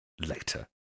later